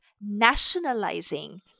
nationalizing